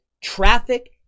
traffic